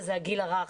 וזה הגיל הרך.